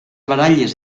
baralles